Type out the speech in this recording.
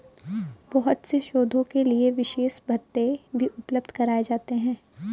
बहुत से शोधों के लिये विशेष भत्ते भी उपलब्ध कराये जाते हैं